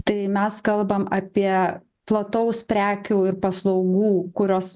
tai mes kalbam apie plataus prekių ir paslaugų kurios